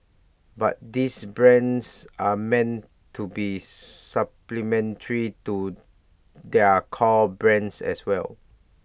but these brands are meant to be supplementary to their core brands as well